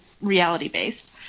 reality-based